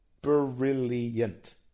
brilliant